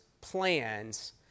plans